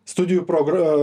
studijų program